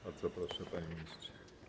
Bardzo proszę, panie ministrze.